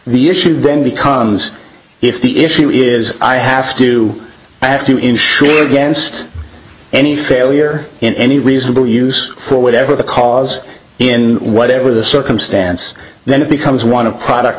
the issue then becomes if the issue is i have to have to insure against any failure in any reasonable use for whatever the cause in whatever the circumstance then it becomes one of product